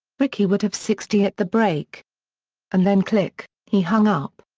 rickey would have sixty at the break and then click, he hung up.